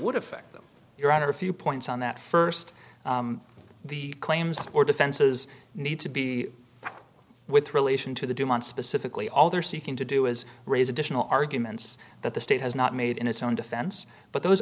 would affect them your honor a few points on that st the claims or defenses need to be with relation to the dumont specifically all they're seeking to do is raise additional arguments that the state has not made in its own defense but those